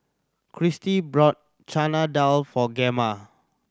Kirstie bought Chana Dal for Gemma